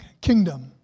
kingdom